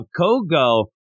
Kogo